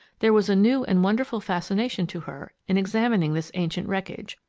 there was a new and wonderful fascination to her in examining this ancient wreckage,